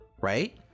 right